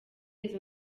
izo